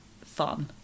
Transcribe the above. fun